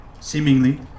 seemingly